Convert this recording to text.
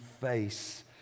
face